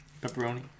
Pepperoni